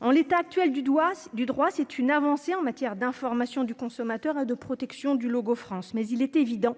En l'état actuel du droit, c'est une avancée en matière d'information du consommateur et de protection du logo France. Mais il est évident